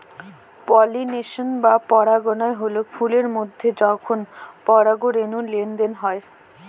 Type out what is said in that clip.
pollination বা পরাগায়ন হল ফুলের মধ্যে যখন পরাগরেনুর লেনদেন হয়